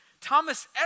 Thomas